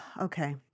okay